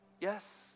Yes